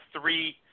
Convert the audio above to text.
three